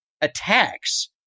attacks